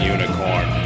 Unicorn